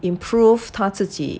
improve 他自己